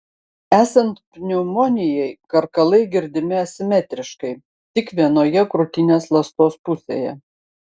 esant pneumonijai karkalai girdimi asimetriškai tik vienoje krūtinės ląstos pusėje